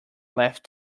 left